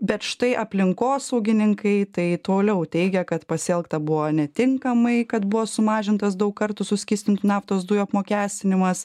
bet štai aplinkosaugininkai tai toliau teigia kad pasielgta buvo netinkamai kad buvo sumažintas daug kartų suskystintų naftos dujų apmokestinimas